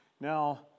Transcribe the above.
Now